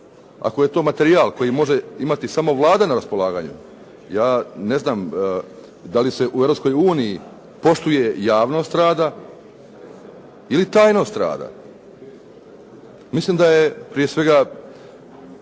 ako je to materijal koji može imati samo Vlada na raspolaganju, ja ne znam da li se u Europskoj uniji poštuje javnost rada ili tajnost rada. Mislim da su prije svega